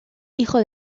hijo